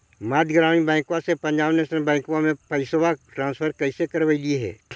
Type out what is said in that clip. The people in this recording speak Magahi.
मध्य ग्रामीण बैंकवा से पंजाब नेशनल बैंकवा मे पैसवा ट्रांसफर कैसे करवैलीऐ हे?